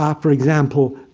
um for example,